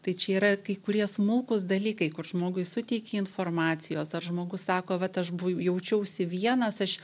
tai čia yra kai kurie smulkūs dalykai kur žmogui suteiki informacijos ar žmogus sako vat aš bu jaučiausi vienas aš